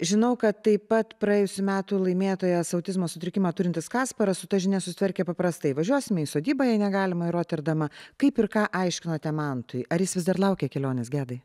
žinau kad taip pat praėjusių metų laimėtojas autizmo sutrikimą turintis kasparas su ta žinia susitvarkė paprastai važiuosime į sodybą jei negalima į roterdamą kaip ir ką aiškinote mantui ar jis vis dar laukia kelionės gedai